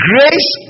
Grace